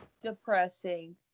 depressing